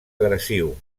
agressiu